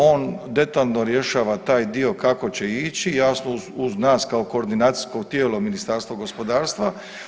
On detaljno rješava taj dio kako će ići, jasno uz nas kao koordinacijsko tijelo Ministarstvo gospodarstva.